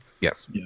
yes